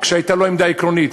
כשהייתה לו עמדה עקרונית: